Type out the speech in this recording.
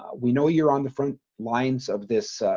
we know you're on the front lines of this, ah,